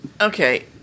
okay